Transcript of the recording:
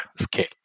scale